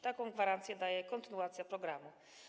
Taką gwarancję daje kontynuacja programu.